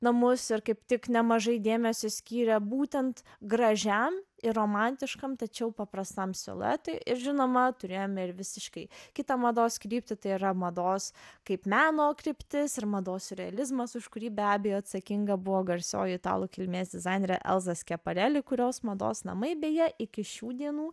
namus ir kaip tik nemažai dėmesio skyrė būtent gražiam ir romantiškam tačiau paprastam siluetui ir žinoma turėjome ir visiškai kitą mados kryptį tai yra mados kaip meno kryptis ir mados siurealizmas už kurį be abejo atsakinga buvo garsioji italų kilmės dizainerė elza skepareli kurios mados namai beje iki šių dienų